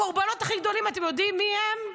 הקורבנות הכי גדולים, אתם יודעים מי הם?